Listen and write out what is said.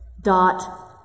Dot